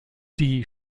die